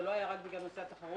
זה לא היה רק בגלל נושא התחרות,